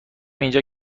اینجا